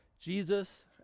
Jesus